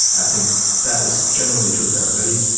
i think that is generally true for everybody.